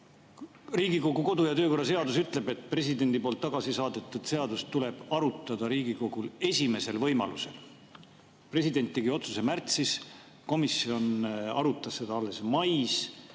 Riigikogu kodu‑ ja töökorra seadus ütleb, et presidendi poolt tagasi saadetud seadust tuleb Riigikogul arutada esimesel võimalusel. President tegi otsuse märtsis, komisjon arutas seda alles mais.